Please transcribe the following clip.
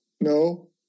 No